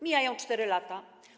Mijają 4 lata.